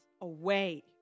away